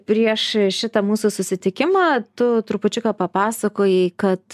prieš šitą mūsų susitikimą tu trupučiuką papasakojai kad